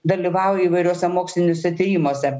dalyvauji įvairiuose moksliniuose tyrimuose